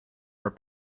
are